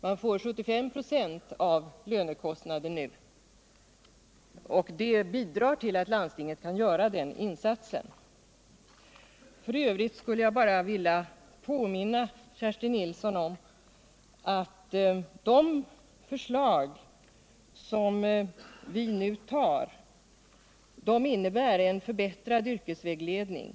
Man får 75 96 av lönekostnaden nu, och det bidrar till att landstinget kan göra den här insatsen. F. ö. skulle jag bara vilja påminna Kerstin Nilsson om att det förslag som vi nu antar innebär en förbättring av yrkesvägledningen.